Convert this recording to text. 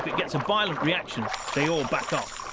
it gets a violent reaction they all back off.